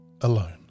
alone